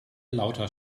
lauter